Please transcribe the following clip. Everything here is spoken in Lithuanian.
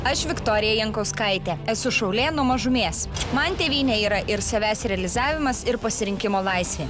aš viktorija jankauskaitė esu šaulė nuo mažumės man tėvynė yra ir savęs realizavimas ir pasirinkimo laisvė